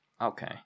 Okay